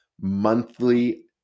monthly